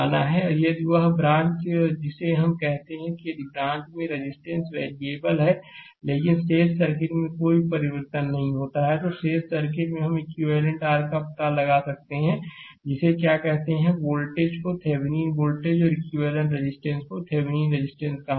और यदि वह ब्रांच जिसे हम कहते हैं क्या यदि ब्रांच में रजिस्टेंसवेरिएबल है है लेकिन शेष सर्किट में कोई परिवर्तन नहीं होता है तो शेष सर्किट मे हम इक्विवेलेंट r का पता लगा सकते हैंते हैं जिसे क्या कहेंगे वोल्टेज को थेविनीन वोल्टेज और इक्विवेलेंट रेजिस्टेंस को थेविनीन रजिस्टेंस कहा जाता है